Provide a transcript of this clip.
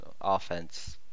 offense